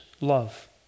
love